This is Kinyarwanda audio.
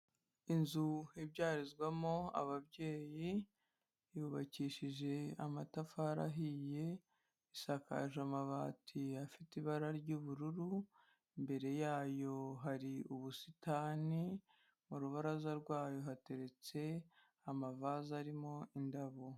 Inzu ibyarizwamo ababyeyi, yubakishijwe amatafari ahiye, isakaje amabati afite ibara ry'ubururu, imbere yayo hari ubusitani, mu rubaraza rwayo hateretse amavaze arimo indabo.